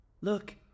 look